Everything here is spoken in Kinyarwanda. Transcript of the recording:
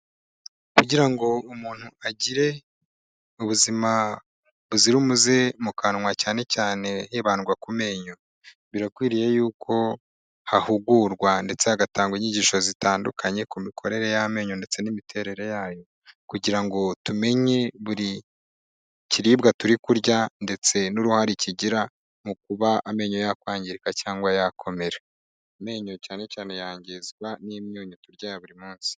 Kugira ngo umuntu agire ubuzima buzira umuze mu kanwa cyane cyane hibandwa ku menyo, birakwiriye yuko hahugurwa ndetse hagatanga inyigisho zitandukanye ku mikorere y'amenyo ndetse n'imiterere yayo kugira ngo tumenye buri kiribwa turi kurya ndetse n'uruhare kigira mu kuba amenyo yakwangirika cyangwa yakomera. Amenyo cyane cyane yangizwa n'imyunyu turya ya buri munsi.